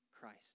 Christ